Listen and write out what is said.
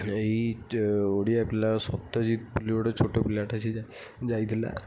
ଏଇ ତ ଓଡ଼ିଆ ପିଲା ସତ୍ୟଜିତ ବୋଲି ଗୋଟେ ଛୋଟ ପିଲାଟିଏ ସିଏ ଯା ଯାଇଥିଲା